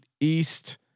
East